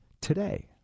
today